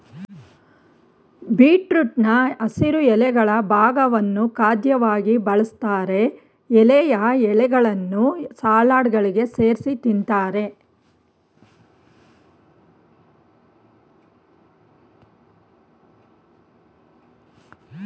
ಬೀಟ್ರೂಟ್ನ ಹಸಿರು ಎಲೆಗಳ ಭಾಗವನ್ನು ಖಾದ್ಯವಾಗಿ ಬಳಸ್ತಾರೆ ಎಳೆಯ ಎಲೆಗಳನ್ನು ಸಲಾಡ್ಗಳಿಗೆ ಸೇರ್ಸಿ ತಿಂತಾರೆ